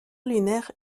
lunaire